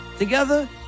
Together